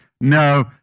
No